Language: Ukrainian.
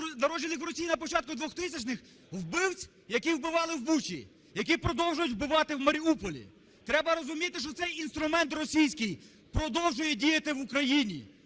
народжених в Росії на початку 2000-х, вбивць, які вбивали в Бучі, які продовжують вбивати в Маріуполі. Треба розуміти, що цей інструмент російський продовжує діяти в Україні.